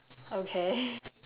okay